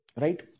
right